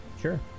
Sure